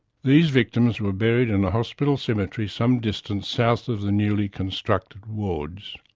these victims were buried in a hospital cemetery some distance south of the newly constructed wards.